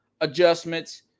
adjustments